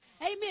Amen